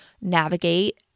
navigate